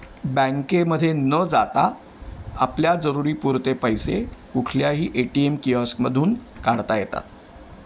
बँकेमधे न जाता आपल्या जरुरीपुरते पैसे कुठल्याही ए टी एम किऑस्कमधून काढता येतात